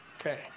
Okay